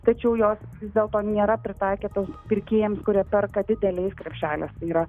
tačiau jos vis dėlto nėra pritaikytos pirkėjams kurie perka dideliais krepšeliais tai yra